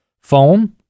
phone